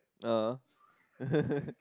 ah